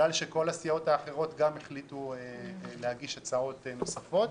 כל הסיעות האחרות החליטו להגיש הצעות נוספות,